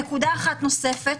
נקודה נוספת.